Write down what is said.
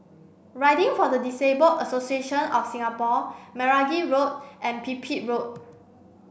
riding for the Disabled Association of Singapore Meragi Road and Pipit Road